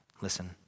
listen